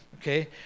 Okay